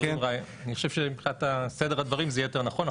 אני חושב שמבחינת סדר הדברים זה יהיה יותר נכון.